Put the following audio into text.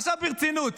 עכשיו ברצינות,